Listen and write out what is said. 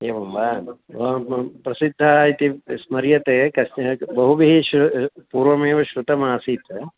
एवं वा प्रसिद्धः इति स्मर्यते कश्चन बहुभिः शृ पूर्वमेव श्रुतमासीत्